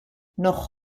noch